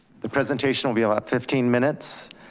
the presentation will be about fifteen minutes.